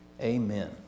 Amen